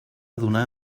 donar